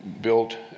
built